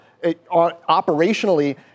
operationally